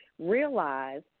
Realize